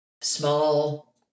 small